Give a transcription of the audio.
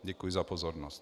Děkuji za pozornost.